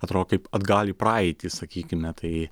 atrodo kaip atgal į praeitį sakykime tai